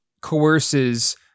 coerces